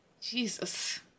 Jesus